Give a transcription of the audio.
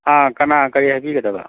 ꯑꯥ ꯀꯅꯥ ꯀꯔꯤ ꯍꯥꯏꯕꯤꯒꯗꯕ